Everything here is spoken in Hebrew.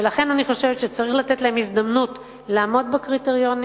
ולכן אני חושבת שצריך לתת להם הזדמנות לעמוד בקריטריונים,